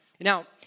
Now